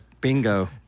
bingo